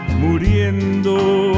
muriendo